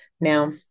Now